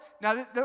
Now